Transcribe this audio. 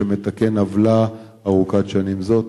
שמתקנת עוולה ארוכת שנים זאת.